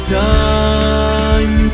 time